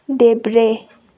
देब्रे